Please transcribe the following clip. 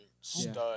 stud